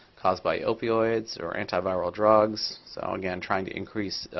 caused by opioids or anti-viral drugs, so again trying to increase